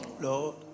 Lord